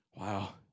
Wow